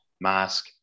mask